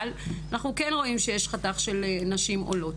אבל, אנחנו כן רואים שיש חתך של נשים עולות.